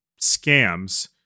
scams